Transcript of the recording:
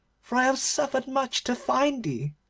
for i have suffered much to find thee